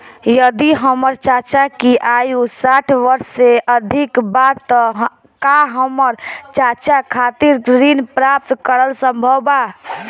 यदि हमर चाचा की आयु साठ वर्ष से अधिक बा त का हमर चाचा खातिर ऋण प्राप्त करल संभव बा